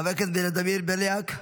חבר הכנסת ולדימיר בליאק,